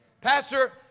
Pastor